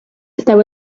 there